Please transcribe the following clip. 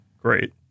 Great